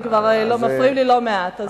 וכבר מפריעים לי לא מעט.